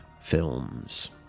films